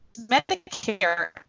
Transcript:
Medicare